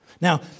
Now